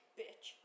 bitch